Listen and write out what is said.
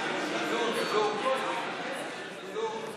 מהניסיון שלי בתפקוד ובניהול אני יכול להעיד על זה.